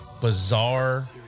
bizarre